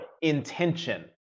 intention